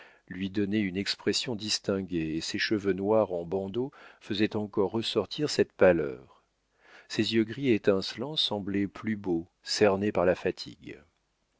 lui donnait une expression distinguée et ses cheveux noirs en bandeaux faisaient encore ressortir cette pâleur ses yeux gris étincelants semblaient plus beaux cernés par la fatigue